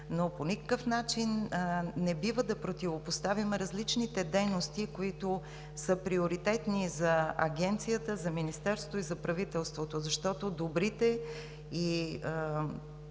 но по никакъв начин не бива да противопоставяме различните дейности, които са приоритетни за Агенцията, за Министерството и за правителството, защото добрите и